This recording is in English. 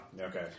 Okay